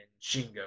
Shingo